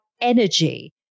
energy